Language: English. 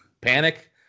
Panic